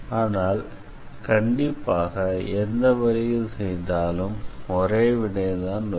ஆனால் கண்டிப்பாக எந்த வழியில் செய்தாலும் ஒரே விடை தான் வரும்